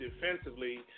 defensively